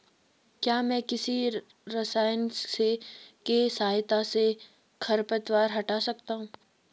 क्या मैं किसी रसायन के सहायता से खरपतवार हटा सकता हूँ?